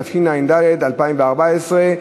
התשע"ד 2014,